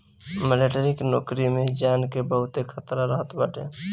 military के नोकरी में जान के बहुते खतरा रहत बाटे